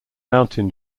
mountain